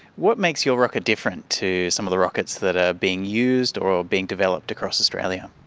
what makes your rocket different to some of the rockets that are being used or being developed across australia?